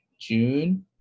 June